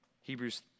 Hebrews